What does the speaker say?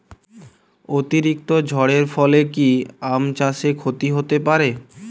অতিরিক্ত ঝড়ের ফলে কি আম চাষে ক্ষতি হতে পারে?